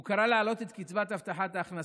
הוא קרא להעלות את קצבת הבטחת ההכנסה,